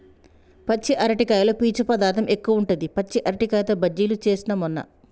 పచ్చి అరటికాయలో పీచు పదార్ధం ఎక్కువుంటది, పచ్చి అరటికాయతో బజ్జిలు చేస్న మొన్న